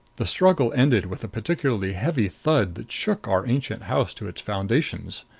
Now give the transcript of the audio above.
the struggle ended with a particularly heavy thud that shook our ancient house to its foundations.